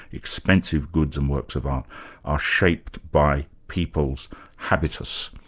expensive goods and works of art are shaped by people's habitus.